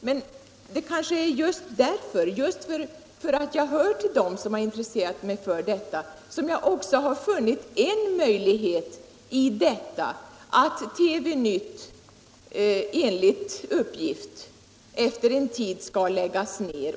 Men det är kanske just därför att jag hör till dem som har intresserat sig för denna fråga som jag också har funnit en möjlighet genom att TV-nytt, enligt uppgift, efter en tid skall läggas ned.